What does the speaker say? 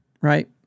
right